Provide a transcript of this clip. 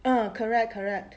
ah correct correct